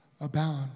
abound